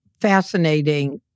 fascinating